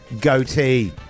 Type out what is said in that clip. goatee